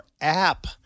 app